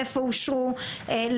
איפה אושרו,